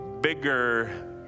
bigger